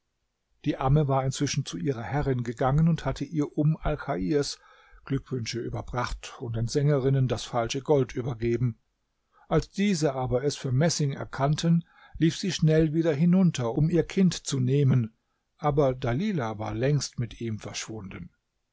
die amme war inzwischen zu ihrer herrin gegangen und hatte ihr um alchairs glückwünsche überbracht und den sängerinnen das falsche gold übergeben als diese aber es für messing erkannten lief sie schnell wieder hinunter um ihr kind zu nehmen aber dalilah war längst mit ihm verschwunden